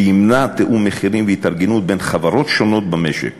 שימנע תיאום מחירים והתארגנות בין חברות שונות במשק